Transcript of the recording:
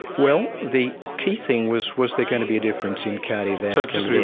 well, the key thing was was there going to be difference in cardiovascular